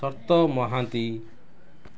ସର୍ତ୍ତ ମହାନ୍ତି